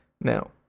Now